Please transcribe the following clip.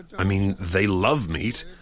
i mean, they love meat,